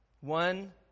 One